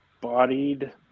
bodied